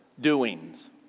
doings